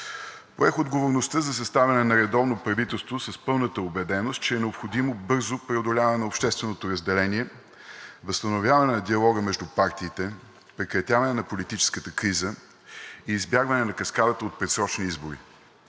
Поех отговорността за съставяне на редовно правителство с пълната убеденост, че е необходимо бързо преодоляване на общественото разделение, възстановяване на диалога между партиите, прекратяване на политическата криза и избягване на каскадата от предсрочни избори,